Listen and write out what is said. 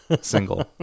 single